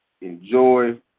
enjoy